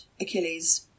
Achilles